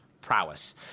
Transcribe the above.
prowess